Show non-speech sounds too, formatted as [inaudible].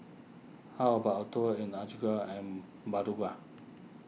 how about a tour in Antigua and [unintelligible]